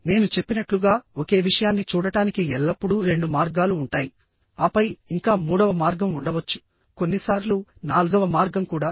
నేను చెప్పినట్లుగా ఒకే విషయాన్ని చూడటానికి ఎల్లప్పుడూ రెండు మార్గాలు ఉంటాయి ఆపై ఇంకా మూడవ మార్గం ఉండవచ్చు కొన్నిసార్లు నాల్గవ మార్గం కూడా